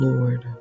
Lord